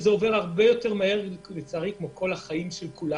זה עובר הרבה יותר מהר ממה שחושבים.